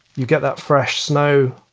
you get that fresh snow